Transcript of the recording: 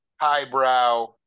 highbrow